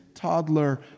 toddler